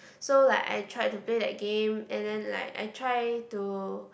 so like I tried to play that game and then like I try to